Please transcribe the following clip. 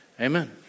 amen